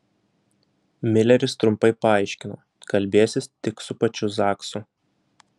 mileris trumpai paaiškino kalbėsis tik su pačiu zaksu